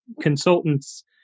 consultants